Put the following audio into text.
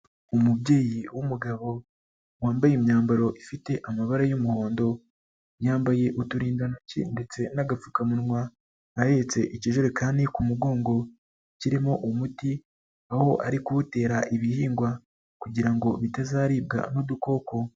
Umubyeyi w'umugabo wambaye imyambaro ifite amabara y'umuhondo, yambaye uturindantoki ndetse n'agapfukamunwa, ahetse ikijerekani ku mugongo kirimo umuti aho ari kuwutera ibihingwa kugira ngo bitazaribwa n'udukoko.